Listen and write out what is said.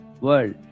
world